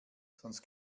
sonst